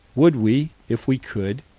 would we, if we could,